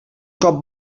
cop